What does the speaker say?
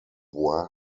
bois